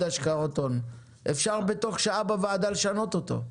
אפשר לשנות את זה בוועדה,